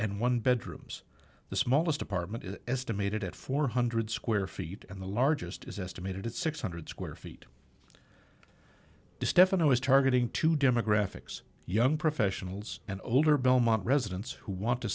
and one bedrooms the smallest apartment is estimated at four hundred square feet and the largest is estimated at six hundred square feet to stephanie was targeting two demographics young professionals and older belmont residents who want to